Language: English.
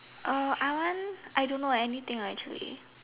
uh I want I don't know anything lah actually